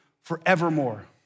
forevermore